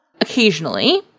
occasionally